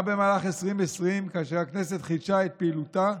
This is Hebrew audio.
גם במהלך 2020, כאשר הכנסת חידשה את פעילותה,